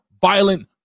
violent